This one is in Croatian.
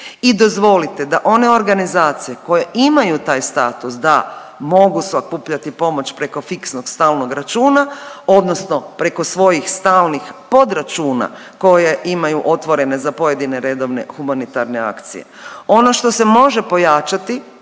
i dozvolite da one organizacije koje imaju taj status da mogu sakupljati pomoć preko fiksnog stalnog računa odnosno preko svojih stalnih podračuna koje imaju otvorene za pojedine redovne humanitarne akcije. Ono što se može pojačati